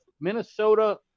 Minnesota